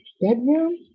Bedroom